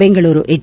Bengaluru H